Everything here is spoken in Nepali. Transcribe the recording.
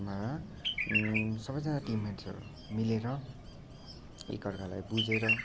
मा सबैजना टिम मेट्सहरू मिलेर एक अर्कालाई बुझेर